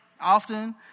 often